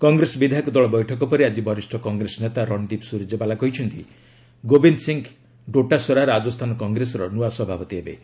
କଂଗ୍ରେସ ବିଧାୟକ ଦଳ ବୈଠକ ପରେ ଆଜି ବରିଷ୍ଣ କଂଗ୍ରେସ ନେତା ରଣଦୀପ ସ୍କରଜେବାଲା କହିଛନ୍ତି ଗୋବିନ୍ଦ ସିଂହ ଡୋଟାସରା ରାଜସ୍ଥାନ କଂଗ୍ରେସର ନୂଆ ସଭାପତି ହେବେ